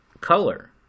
color